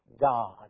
God